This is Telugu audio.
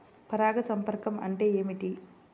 పరాగ సంపర్కం అంటే ఏమిటి?